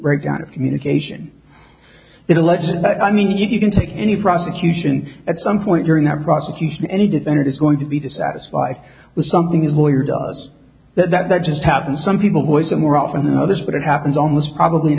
breakdown of communication that alleged i mean you can take any prosecution at some point during the prosecution any defendant is going to be dissatisfied with something his lawyer does that that just happened some people boys and more often than others but it happens almost probably in